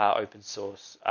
open source,